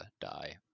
die